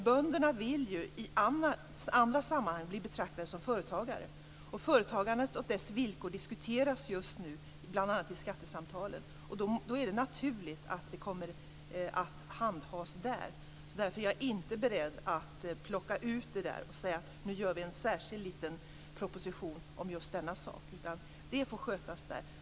Bönderna vill ju i andra sammanhang bli betraktade som företagare, och företagandet och dess villkor diskuteras just nu bl.a. i skattesamtalen. Då är det naturligt att frågan kommer att handhas där, och därför är jag inte beredd att plocka ut det här och säga att nu skall vi göra en särskild liten proposition om just denna sak, utan det får skötas där.